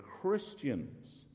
Christians